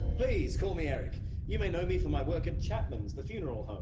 please, call me eric. you may know me for my work at chapman's, the funeral home.